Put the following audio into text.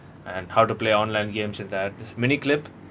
and how to play online games and that mini clip